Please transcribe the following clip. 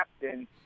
captain